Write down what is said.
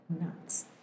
nuts